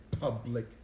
public